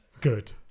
good